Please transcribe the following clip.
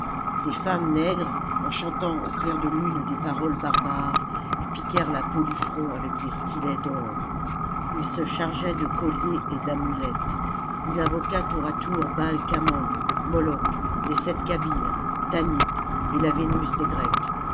des femmes nègres en chantant au clair de lune des paroles barbares lui piquèrent la peau du front avec des stylets d'or il se chargeait salammbo de colliers et d'amulettes il invoqua tour à tour baai khamon moloch les sept cabires tanit et la vénus des grecs